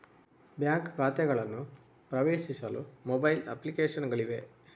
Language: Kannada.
ಬ್ಯಾಂಕ್ ಖಾತೆಗಳನ್ನು ಪ್ರವೇಶಿಸಲು ಮೊಬೈಲ್ ಅಪ್ಲಿಕೇಶನ್ ಗಳಿವೆ